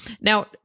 now